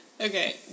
Okay